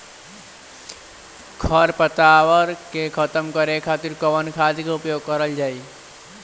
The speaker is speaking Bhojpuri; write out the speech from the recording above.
खर पतवार के खतम करे खातिर कवन खाद के उपयोग करल जाई?